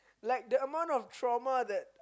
like the amount of trauma that